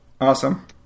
awesome